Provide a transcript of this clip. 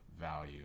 value